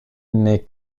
n’est